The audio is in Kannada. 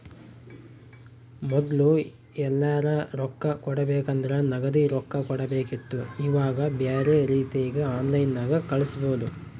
ಮೊದ್ಲು ಎಲ್ಯರಾ ರೊಕ್ಕ ಕೊಡಬೇಕಂದ್ರ ನಗದಿ ರೊಕ್ಕ ಕೊಡಬೇಕಿತ್ತು ಈವಾಗ ಬ್ಯೆರೆ ರೀತಿಗ ಆನ್ಲೈನ್ಯಾಗ ಕಳಿಸ್ಪೊದು